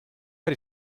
but